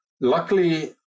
Luckily